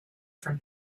from